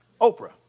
Oprah